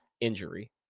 injury